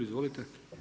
Izvolite.